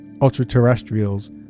ultra-terrestrials